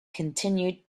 continued